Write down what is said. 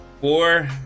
Four